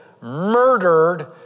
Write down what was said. murdered